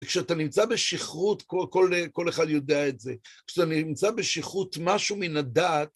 כשאתה נמצא בשכרות, כל אחד יודע את זה, כשאתה נמצא בשכרות משהו מן הדעת...